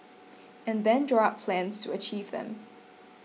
and then draw up plans to achieve them